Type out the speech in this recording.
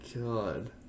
god